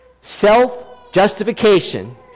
self-justification